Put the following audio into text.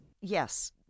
Yes